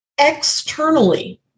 externally